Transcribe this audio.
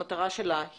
המטרה שלה,